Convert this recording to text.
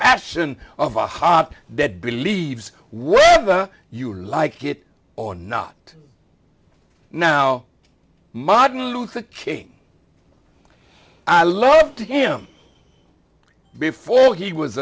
passion of a hot that believes what you like it or not now modern luther king i loved him before he was